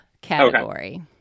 category